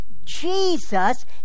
Jesus